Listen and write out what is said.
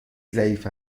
ضعیف